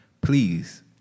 please